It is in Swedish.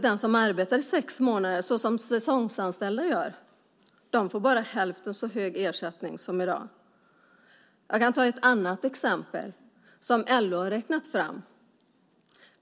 De som arbetar i sex månader, som säsongsanställda gör, får bara hälften så hög ersättning som i dag. Jag kan ta ett annat exempel som LO har räknat fram.